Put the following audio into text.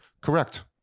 correct